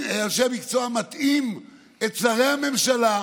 אנשי המקצוע מטעים את שרי הממשלה,